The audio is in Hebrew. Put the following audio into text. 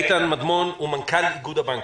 איתן מדמון הוא מנכ"ל איגוד הבנקים.